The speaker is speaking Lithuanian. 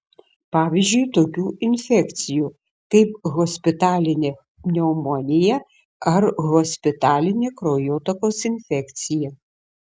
pavyzdžiui tokių infekcijų kaip hospitalinė pneumonija ar hospitalinė kraujotakos infekcija